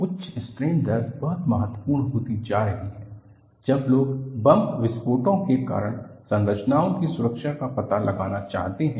उच्च स्ट्रेन दर बहुत महत्वपूर्ण होती जा रही है जब लोग बम विस्फोटों के कारण संरचनाओं की सुरक्षा का पता लगाना चाहते हैं